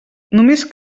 només